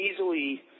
easily –